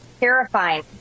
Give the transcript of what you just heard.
terrifying